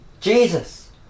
Jesus